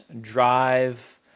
drive